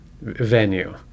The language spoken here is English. venue